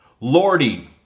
Lordy